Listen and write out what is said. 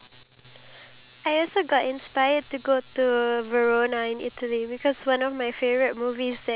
before I determine whether or not that country is a country that I really want to visit